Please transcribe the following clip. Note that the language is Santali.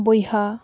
ᱵᱚᱭᱦᱟ